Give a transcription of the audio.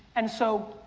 and so,